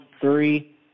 three